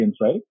right